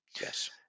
Yes